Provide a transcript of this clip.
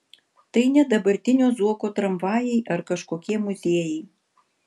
tai ne dabartinio zuoko tramvajai ar kažkokie muziejai